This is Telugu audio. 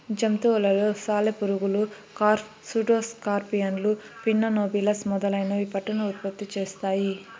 జంతువులలో సాలెపురుగులు, కార్ఫ్, సూడో స్కార్పియన్లు, పిన్నా నోబిలస్ మొదలైనవి పట్టును ఉత్పత్తి చేస్తాయి